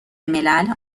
ملل